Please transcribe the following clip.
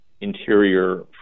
interior